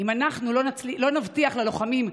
אם אנחנו לא נבטיח ללוחמים,